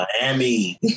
Miami